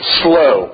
slow